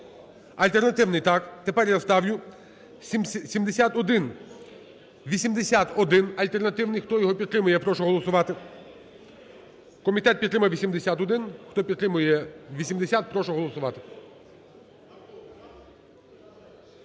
Альтернативний, так. Тепер я ставлю 7180-1 (альтернативний). Хто його підтримує, я прошу голосувати. Комітет підтримує 80-1, хто підтримує 80, прошу голосувати.